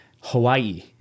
Hawaii